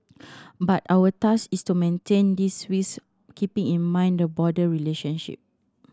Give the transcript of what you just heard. but our task is to maintain this whilst keeping in mind the broader relationship